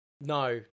no